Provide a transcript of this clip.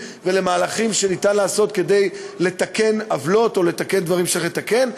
ולמהלכים שניתן לעשות כדי לתקן עוולות או כדי לתקן דברים שצריך לתקן.